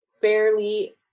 fairly